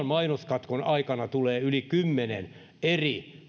mainoskatkon aikana tulee yli kymmenen eri